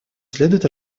следует